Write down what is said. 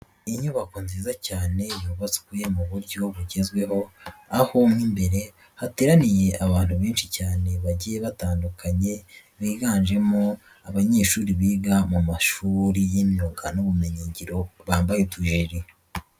Inyubako nziza cyane yubatswe mu buryo bugezweho, aho mo imbere hateraniye abantu benshi cyane bagiye batandukanye, biganjemo abanyeshuri biga mu mashuri y'imyuga n'ubumenyingiro, bambaye utujeri.